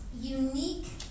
unique